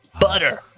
butter